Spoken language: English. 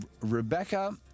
Rebecca